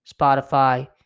Spotify